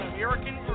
American